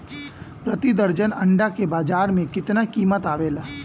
प्रति दर्जन अंडा के बाजार मे कितना कीमत आवेला?